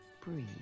breathe